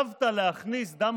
קצת באיזה יישוב,